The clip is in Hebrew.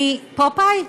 אני, פופאי?